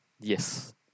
Yes